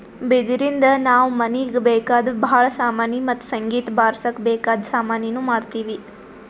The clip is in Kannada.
ಬಿದಿರಿನ್ದ ನಾವ್ ಮನೀಗ್ ಬೇಕಾದ್ ಭಾಳ್ ಸಾಮಾನಿ ಮತ್ತ್ ಸಂಗೀತ್ ಬಾರ್ಸಕ್ ಬೇಕಾದ್ ಸಾಮಾನಿನೂ ಮಾಡ್ತೀವಿ